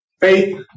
Faith